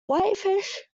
whitefish